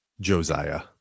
josiah